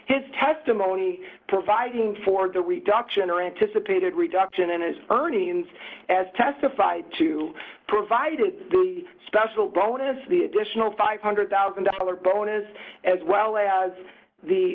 his testimony providing for the reduction or anticipated reduction in his earnings as testified to provide a special bonus for the additional five hundred thousand dollars bonus as well as